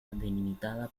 delimitada